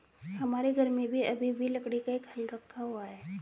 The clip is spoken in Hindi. हमारे घर में अभी भी लकड़ी का एक हल रखा हुआ है